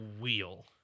wheel